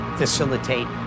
facilitate